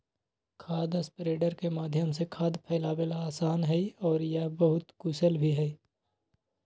खाद स्प्रेडर के माध्यम से खाद फैलावे ला आसान हई और यह बहुत कुशल भी हई